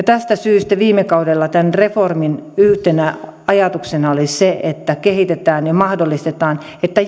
tästä syystä viime kaudella tämän reformin yhtenä ajatuksena oli se että kehitetään ja mahdollistetaan että